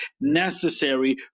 necessary